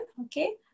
Okay